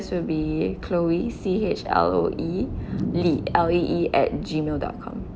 to be chloe C H L O E lee L E E at gmail dot com